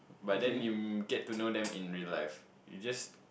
but then you get to know them in real life you just